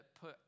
put